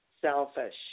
selfish